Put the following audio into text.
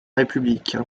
république